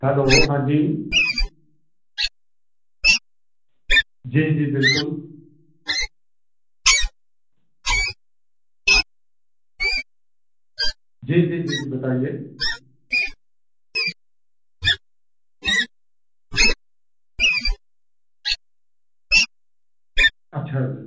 hello ہاں جی جی جی بالکل جی جی جی جی بتائیے اچھا جی